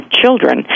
children